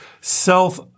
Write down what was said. self